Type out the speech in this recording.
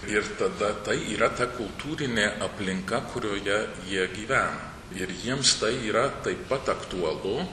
ir tada tai yra ta kultūrinė aplinka kurioje jie gyvena ir jiems tai yra taip pat aktualu